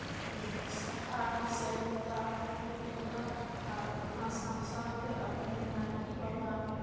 ᱥᱟᱯᱷᱟ ᱥᱮ ᱞᱚᱛᱟ ᱠᱚ ᱦᱳᱭᱳᱜᱼᱟ ᱟᱨ ᱚᱱᱟ ᱥᱟᱶ ᱥᱟᱶᱛᱮ ᱟᱵᱚ ᱨᱮᱱ ᱱᱟᱭᱠᱮ ᱵᱟᱵᱟ